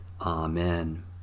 Amen